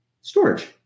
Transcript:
Storage